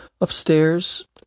Upstairs